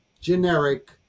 generic